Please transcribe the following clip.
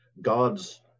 God's